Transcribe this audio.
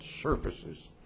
surfaces